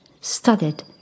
studded